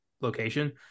location